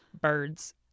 birds